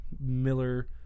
Miller